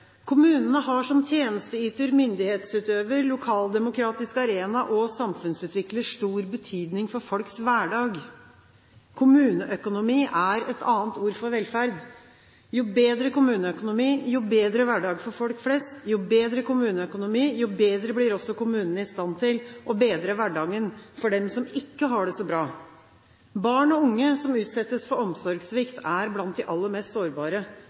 har som tjenesteyter, myndighetsutøver, lokaldemokratisk arena og samfunnsutvikler stor betydning for folks hverdag.» Kommuneøkonomi er et annet ord for velferd. Jo bedre kommuneøkonomi, jo bedre hverdag for folk flest. Jo bedre kommuneøkonomi, jo bedre blir også kommunene i stand til å bedre hverdagen for dem som ikke har det så bra. Barn og unge som utsettes for omsorgssvikt, er blant de aller mest sårbare.